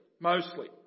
Mostly